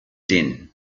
din